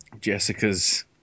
Jessica's